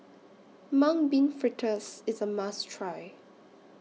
Mung Bean Fritters IS A must Try